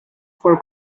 for